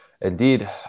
Indeed